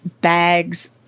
bags